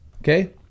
okay